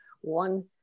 one